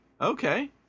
Okay